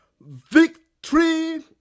Victory